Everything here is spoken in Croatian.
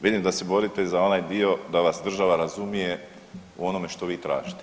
Vidim da se borite za onaj dio da vas država razumije u onome što vi tražite.